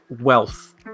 wealth